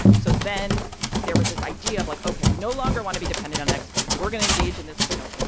so then there was this idea of like, ok, we no longer want to be dependent on export. so we're gonna engage in this, you know,